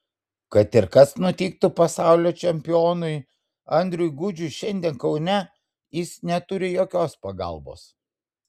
kad ir kas nutiktų pasaulio čempionui andriui gudžiui šiandien kaune jis neturi jokios pagalbos